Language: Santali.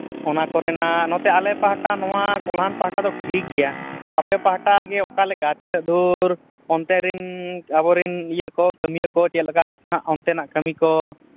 ᱚᱱᱟ ᱠᱚᱨᱮᱱᱟᱜ ᱱᱚᱛᱮ ᱟᱞᱮ ᱯᱟᱦᱴᱟ ᱱᱚᱣᱟ ᱠᱳᱞᱦᱟᱱ ᱯᱟᱦᱴᱟ ᱫᱚ ᱴᱷᱤᱠ ᱜᱮᱭᱟ ᱟᱫᱚ ᱟᱯᱮ ᱯᱟᱦᱴᱟ ᱜᱮ ᱚᱠᱟ ᱞᱮᱠᱟ ᱛᱤᱱᱟᱹᱜ ᱫᱷᱩᱨ ᱚᱱᱛᱮ ᱨᱮᱱ ᱟᱵᱚ ᱨᱮᱱ ᱤᱭᱟᱹ ᱠᱚ ᱠᱟᱹᱢᱤᱭᱟᱹ ᱠᱚ ᱪᱮᱫᱠᱟ ᱱᱟᱦᱟᱜ ᱚᱱᱛᱮᱱᱟᱜ ᱠᱟᱹᱢᱤ ᱠᱚ